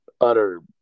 utter